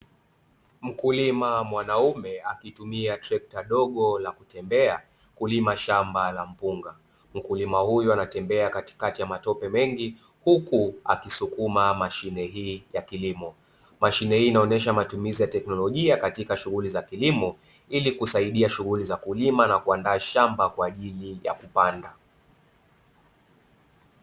Mkulima mwanamume akitumia trekta dogo la kutembea kulima shamba la mpunga, mkulima huyu anatembea katikati ya matope mengi huku akisukuma mashine hii ya kilimo. Mashine hii inaonyesha matumizi ya teknolojia katika shughuli za kilimo ili kusaidia shughuli za kulima na kuandaa shamba kwa ajili ya kupanda.